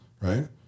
right